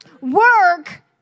Work